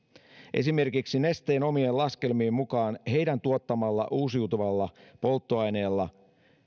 esimerkiksi nesteen omien laskelmien mukaan heidän tuottamallaan uusiutuvalla polttoaineella